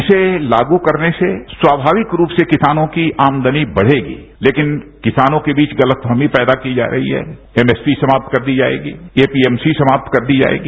इसे लागू करने से स्वाभाविक रूप से किसानों की आमदनी बढ़ेगी लेकिन किसानों के बीच गलतफहमी पैदा की जा रही है एमएसपी समाप्त कर दी जाएगी पीएमसी समाप्त कर दी जाएगी